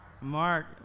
Mark